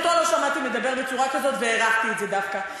אותו לא שמעתי מדבר בצורה כזאת והערכתי את זה דווקא,